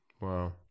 wow